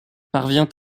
parvient